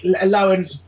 allowing